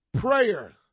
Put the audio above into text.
prayer